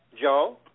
Joe